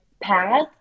path